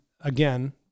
again